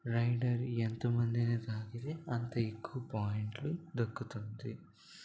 rider ఎంత మందిని తాకితే అంత ఎక్కువ పాయింట్లు దక్కుతుంది